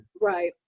Right